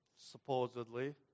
supposedly